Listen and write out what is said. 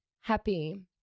happy